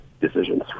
decisions